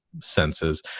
senses